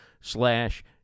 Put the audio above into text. slash